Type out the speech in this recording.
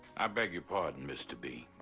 i beg your pardon, mr. b.